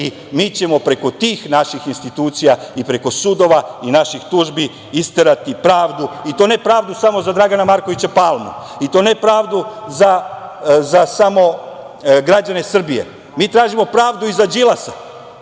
i mi ćemo preko tih naših institucija i preko sudova i naših tužbi isterati pravdu. I to ne pravdu samo za Dragana Markovića Palmu, i to ne pravdu samo za građane Srbije, mi tražimo pravdu i za Đilasa,